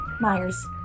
Myers